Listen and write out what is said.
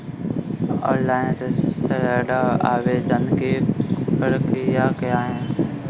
Online ऋण आवेदन की प्रक्रिया क्या है?